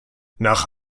nach